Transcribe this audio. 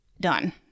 done